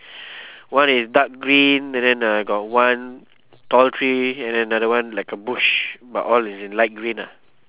one is dark green and then uh got one tall tree and then another one like a bush but all is in light green lah